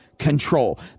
control